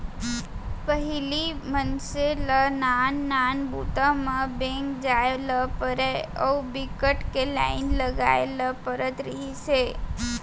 पहिली मनसे ल नान नान बूता म बेंक जाए ल परय अउ बिकट के लाईन लगाए ल परत रहिस हे